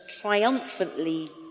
triumphantly